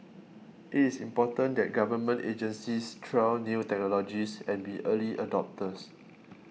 it is important that Government agencies trial new technologies and be early adopters